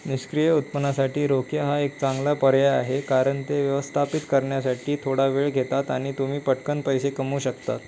निष्क्रिय उत्पन्नासाठी रोखे हा एक चांगला पर्याय आहे कारण ते व्यवस्थापित करण्यासाठी थोडा वेळ घेतात आणि तुम्ही पटकन पैसे कमवू शकता